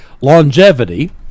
longevity